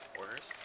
orders